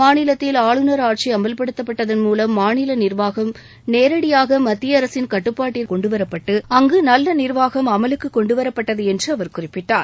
மாநிலத்தில் ஆளுநர் ஆட்சி அமல்படுத்தப்பட்டதன் மூலம் மாநில நிர்வாகம் நேரடியாக மத்திய அரசின் கட்டுப்பாட்டிற்கு கொண்டுவரப்பட்டு அங்கு நல்ல நிர்வாகம் அமலுக்கு கொண்டுவரப்பட்டது என்று அவர் குறிப்பிட்டார்